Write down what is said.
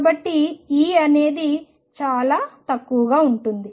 కాబట్టి E అనేది చాలా తక్కువగా ఉంటుంది